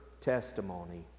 testimony